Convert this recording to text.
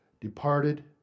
departed